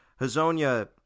Hazonia